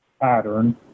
pattern